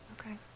Okay